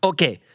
Okay